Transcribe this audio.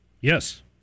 Yes